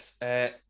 yes